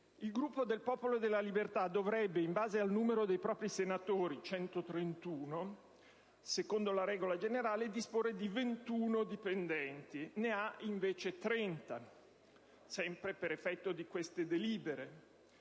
il Gruppo del Popolo della Libertà dovrebbe, in base al numero dei propri senatori (131), secondo la regola generale, disporre di 21 dipendenti; ne ha invece 30; - il Gruppo del